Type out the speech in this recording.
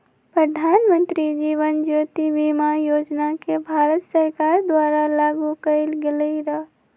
प्रधानमंत्री जीवन ज्योति बीमा योजना के भारत सरकार द्वारा लागू कएल गेलई र